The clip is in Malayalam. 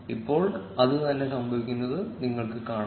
ഇപ്പോൾ അതുതന്നെ സംഭവിക്കുന്നത് നിങ്ങൾ കാണും